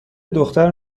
دختر